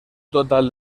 total